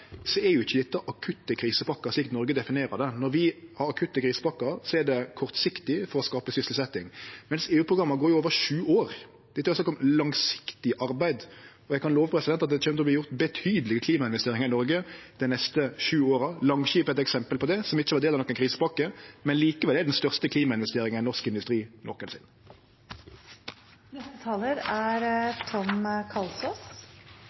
er ikkje dette akutte krisepakkar slik Noreg definerer det. Når dei har akutte krisepakkar, er dei kortsiktige for å skape sysselsetjing, medan EU-programma går over sju år. Det er snakk om langsiktig arbeid, og eg kan love at det kjem til å verte gjort betydelege klimainvesteringar i Noreg dei neste sju åra. Langskip er eit eksempel på det. Det er ikkje ein del av ein krisepakke, men likevel den største klimainvesteringa i norsk industri